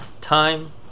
time